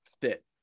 fit